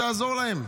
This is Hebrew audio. עזור להם.